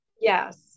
Yes